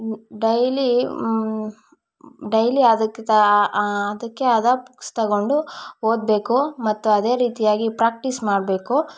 daily daily ಅದಕ್ಕೆ ತಾ ಅದಕ್ಕೆ ಆದ ಬುಕ್ಸ್ ತಗೊಂಡು ಓದಬೇಕು ಮತ್ತು ಅದೇ ರೀತಿಯಾಗಿ ಪ್ರಾಕ್ಟೀಸ್ ಮಾಡಬೇಕು